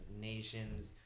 nations